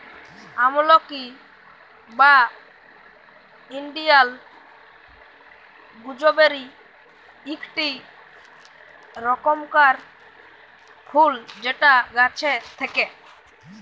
আমলকি বা Indian gooseberry ইকটি রকমকার ফুল যেটা গাছে থাক্যে